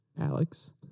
Alex